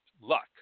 luck